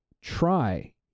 try